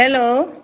hello